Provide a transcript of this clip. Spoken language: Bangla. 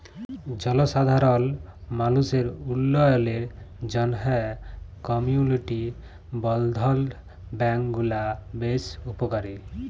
জলসাধারল মালুসের উল্ল্যয়লের জ্যনহে কমিউলিটি বলধ্ল ব্যাংক গুলা বেশ উপকারী